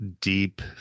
deep